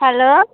hello